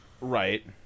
Right